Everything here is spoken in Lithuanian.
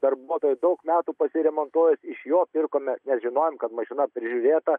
darbuotojo daug metų pas jį remontuojuos iš jo pirkome nes žinojom kad mašina prižiūrėta